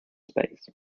space